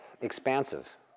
expansive